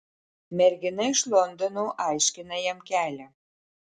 mergina iš londono aiškina jam kelią